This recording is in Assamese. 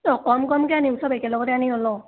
অঁ কম কমকৈ আনিম চব একেলগতে আনি নলওঁ